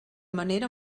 manera